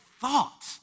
thought